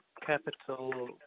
capital